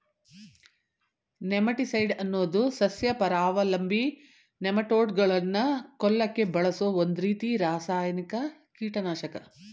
nematicide ಅನ್ನೋದು ಸಸ್ಯಪರಾವಲಂಬಿ ನೆಮಟೋಡ್ಗಳನ್ನ ಕೊಲ್ಲಕೆ ಬಳಸೋ ಒಂದ್ರೀತಿ ರಾಸಾಯನಿಕ ಕೀಟನಾಶಕ